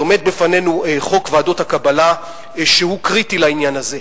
עומד בפנינו חוק ועדות הקבלה שהוא קריטי לעניין הזה.